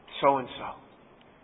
so-and-so